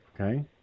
Okay